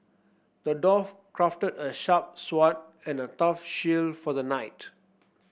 the dwarf crafted a sharp sword and a tough shield for the knight